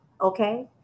Okay